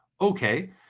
Okay